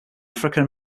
african